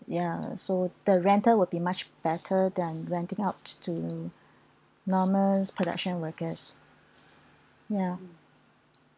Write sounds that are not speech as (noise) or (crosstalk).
ya so the rental will be much better than renting out to (breath) normal production workers ya